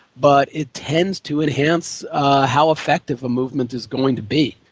but it tends to enhance how effective a movement is going to be.